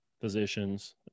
physicians